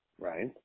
right